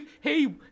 Hey